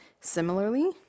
Similarly